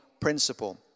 principle